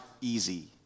easy